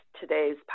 Today's